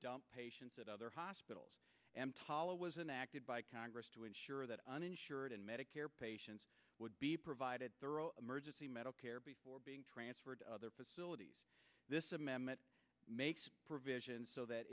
dump patients at other hospitals emtala was an acted by congress to ensure that uninsured and medicare patients would be provided thorough emergency medicare before being transferred to other facilities this amendment makes provision so that